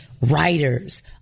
writers